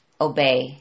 obey